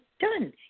done